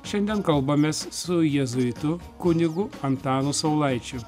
šiandien kalbamės su jėzuitu kunigu antanu saulaičiu